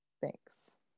thanks